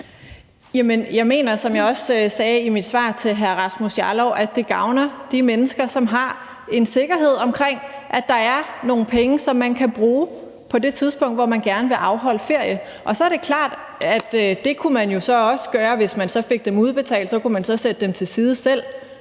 Jarlov, at det gavner de mennesker, som har en sikkerhed omkring, at der er nogle penge, som de kan bruge på det tidspunkt, hvor de gerne vil afholde ferie. Så er det jo klart, at det kunne man også gøre, hvis man fik dem udbetalt, og så kunne man selv sætte dem til side.